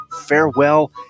Farewell